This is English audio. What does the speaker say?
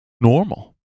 normal